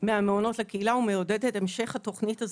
מהמעונות לקהילה ומעודדת המשך התכנית הזאת.